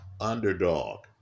underdog